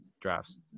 drafts